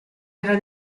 era